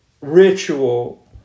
ritual